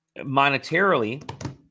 Monetarily